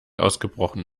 ausgebrochen